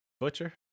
Butcher